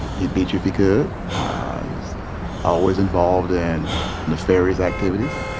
he'd beat you if he could. he was always involved in nefarious activities.